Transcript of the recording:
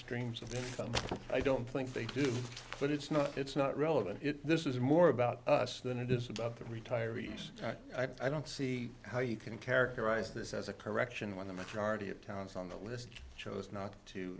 streams of them i don't think they do but it's not it's not relevant this is more about us than it is about the retirees i don't see how you can characterize this as a correction when the majority of towns on the list chose not to